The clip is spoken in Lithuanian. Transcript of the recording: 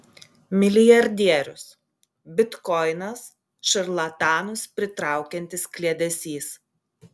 milijardierius bitkoinas šarlatanus pritraukiantis kliedesys